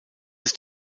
ist